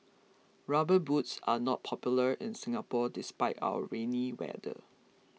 rubber boots are not popular in Singapore despite our rainy weather